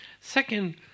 Second